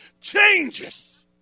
changes